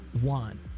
one